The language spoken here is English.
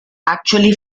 actually